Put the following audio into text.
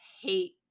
hate